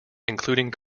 including